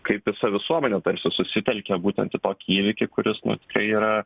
kaip visa visuomenė tarsi susitelkia būtent į tokį įvykį kuris nu tikrai yra